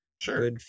Sure